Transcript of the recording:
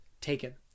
taken